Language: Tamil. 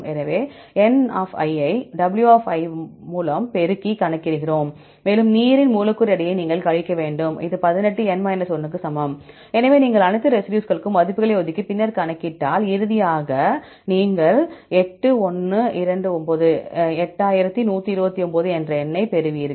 எனவே n ஐ w வலது மூலம் பெருக்கி கணக்கிடுகிறோம் மேலும் நீரின் மூலக்கூறு எடையை நீங்கள் கழிக்க வேண்டும் இது 18 க்கு சமம் எனவே நீங்கள் அனைத்து ரெசிடியூஸ்களுக்கும் மதிப்புகளை ஒதுக்கி பின்னர் கணக்கிட்டால் இறுதியாக நீங்கள் 8129 என்ற எண்ணைப் பெறுவீர்கள்